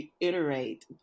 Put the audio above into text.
reiterate